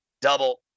Double